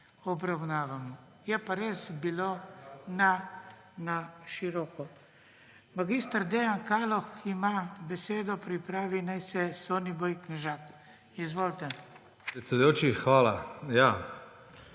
obravnavamo. Je pa res bilo na široko. Mag. Dejan Kaloh ima besedo, pripravi naj se Soniboj Knežak. Izvolite.